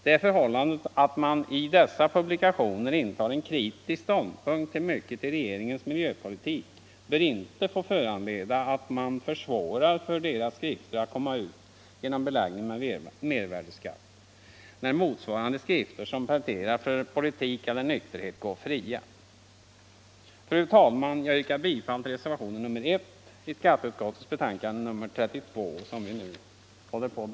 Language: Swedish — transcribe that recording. Det förhållandet att man i dessa publikationer intar en kritisk ståndpunkt till mycket i regeringens miljöpolitik bör inte få föranleda att man försvårar för deras skrifter att komma ut genom beläggning med mervärdeskatt, när motsvarande skrifter som pläderar för politik eller nykterhet går fria. Fru talman! Jag yrkar bifall till reservationen 1.